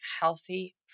healthy